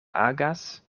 agas